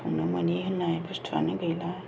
संनो मोनि होननाय बुस्थुआनो गैला